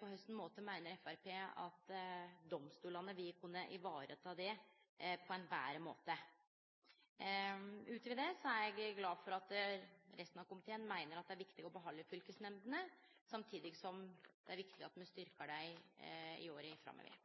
Korleis meiner Framstegspartiet at domstolane vil kunne ta vare på det på ein betre måte? Utover det er eg glad for at resten av komiteen meiner at det er viktig å behalde fylkesnemndene, samtidig som det er viktig at me styrkjer dei i åra framover.